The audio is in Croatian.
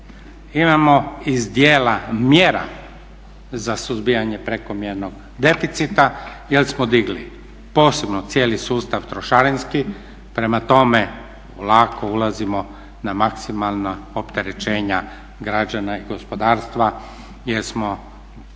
Imamo iz dijela mjera za suzbijanje prekomjernog deficita jer smo digli posebno cijeli sustav trošarinski. Prema tome, lako ulazimo na maksimalna opterećenja građana i gospodarstva jer smo